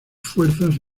fuerzas